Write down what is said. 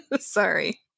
Sorry